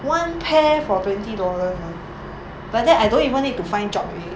one pair for twenty dollars ah like that I don't even need to find job already